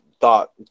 thought